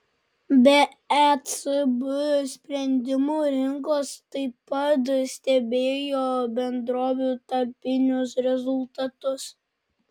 be ecb sprendimų rinkos taip pat stebėjo bendrovių tarpinius rezultatus